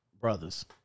brothers